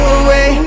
away